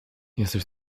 jesteś